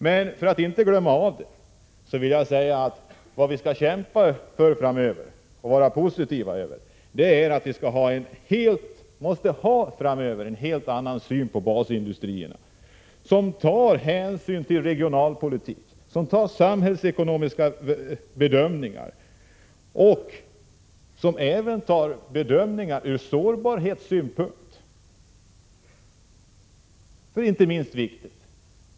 För att det inte skall glömmas bort vill jag säga att vad vi skall kämpa för och vara positiva till är att vi framöver måste ha en helt annan syn på basindustrierna, där man tar hänsyn till regionalpolitik, gör samhällsekonomiska bedömningar och även bedömningar ur sårbarhetssynpunkt, vilket inte är det minst viktiga.